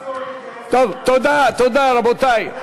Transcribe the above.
תודה, רבותי.